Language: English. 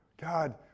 God